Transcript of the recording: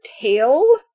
tail